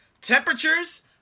Temperatures